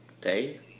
day